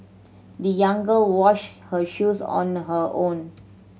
the young girl wash her shoes on her own